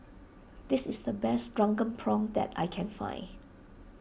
this is the best Drunken Prawns that I can find